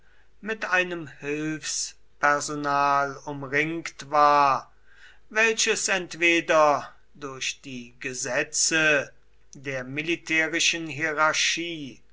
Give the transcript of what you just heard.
mit einem hilfspersonal umringt war welches entweder durch die gesetze der militärischen hierarchie